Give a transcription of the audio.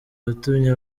yatumye